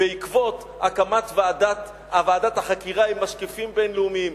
בעקבות הקמת ועדת החקירה עם משקיפים בין-לאומיים.